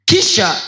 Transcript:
Kisha